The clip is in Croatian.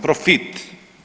Profit.